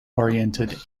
oriented